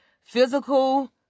physical